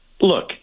Look